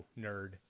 nerd